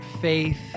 faith